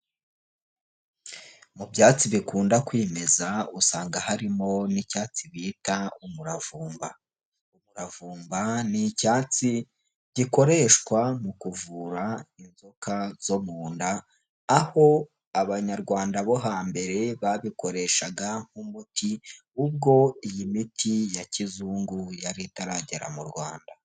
Mu byatsi bikunda kwimeza, usanga harimo n'icyatsi bita umuravumba. Umuravumba ni icyatsi, gikoreshwa mu kuvura inzoka zo mu nda, aho Abanyarwanda bo hambere babikoreshaga nk'umuti, ubwo iyi miti ya kizungu, yari itaragera mu Rwanda.